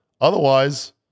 Otherwise